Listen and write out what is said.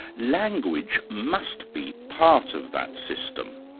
language must be part of that system.